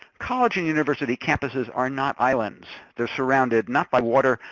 college and university campuses are not islands. they're surrounded not by water,